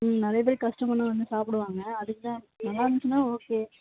ம் நிறைய பேர் கஸ்ட்டமர்லாம் வந்து சாப்பிடுவாங்க அதற்கு தான் நல்லாருந்துச்சுனா ஓகே